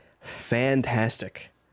fantastic